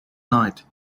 night